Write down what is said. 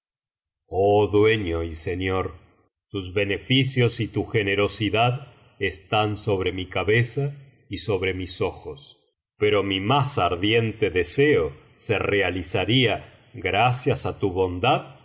oh dueño y señor tus beneficios y tu generosidad están sobre mi cabeza y sobre mis ojos pero mi más ardiente deseo se realizaría gracias á tu bondad si